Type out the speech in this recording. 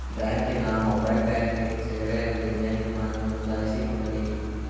ಬ್ಯಾಂಕಿನ mobile banking ಸೇವೆಯೊಂದಿಗೆ ನಿಮ್ಮನ್ನು ನೋಂದಾಯಿಸಿಕೊಳ್ಳಿ